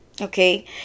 okay